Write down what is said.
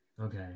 Okay